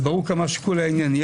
אז ברור כמה השיקול הוא ענייני.